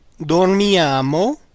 dormiamo